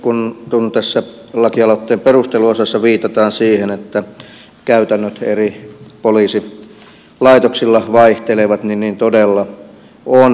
kun tässä lakialoitteen perusteluosassa viitataan siihen että käytännöt eri poliisilaitoksilla vaihtelevat niin niin todella on